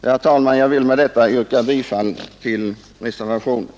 Jag ber att få yrka bifall till reservationen.